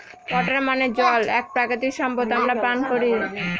water মানে জল এক প্রাকৃতিক সম্পদ আমরা পান করি